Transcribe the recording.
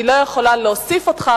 אני לא יכולה להוסיף אותך,